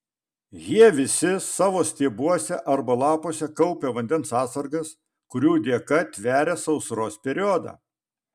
jie visi savo stiebuose arba lapuose kaupia vandens atsargas kurių dėka tveria sausros periodą